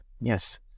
Yes